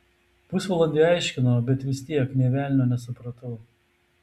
pusvalandį aiškino bet vis tiek nė velnio nesupratau